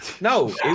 No